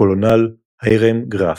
הקולונל היראם גראף.